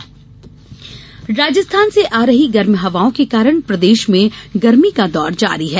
मौसम राजस्थान से आ रही गर्म हवाओं के कारण प्रदेश में गर्मी का दौर जारी है